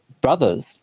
brothers